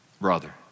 brother